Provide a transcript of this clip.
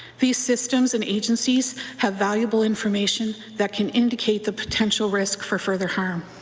these systems and agencies have valuable information that can indicate the potential risk for further harm.